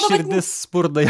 širdis spurda